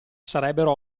sarebbero